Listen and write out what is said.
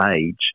age